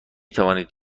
توانید